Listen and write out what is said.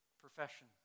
profession